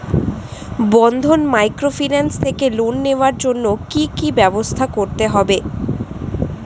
বন্ধন microfinance থেকে loan নেওয়ার জন্য কি কি ব্যবস্থা করতে হবে?